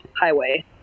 highway